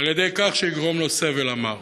'על-ידי כך שיגרום לו סבל', אמר.